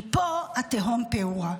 מפה התהום פעורה.